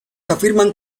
afirman